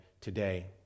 today